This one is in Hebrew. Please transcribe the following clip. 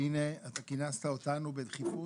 והינה אתה כינסת אותנו בדחיפות.